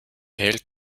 hält